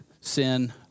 sin